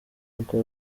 uncle